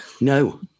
No